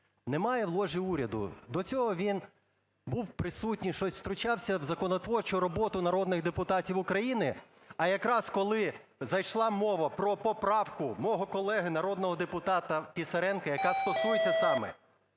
немає в ложі уряду. До цього він був присутній, щось втручався в законотворчу роботу народних депутатів України, а якраз коли зайшла мова про поправку мого колеги народного депутата Писаренка, яка стосується саме